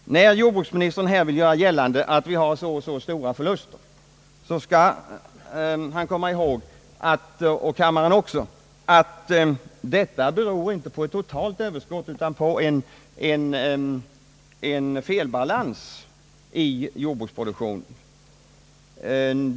När jordbruksministern vill göra gällande att vi har så och så stora förluster, bör han och även kammaren komma ihåg, att detta inte beror på ett totalt överskott, utan på en felbalans i jordbruksproduktionen.